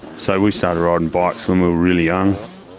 so we started riding bikes when we were really young,